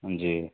جی